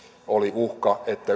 oli uhka että